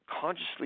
consciously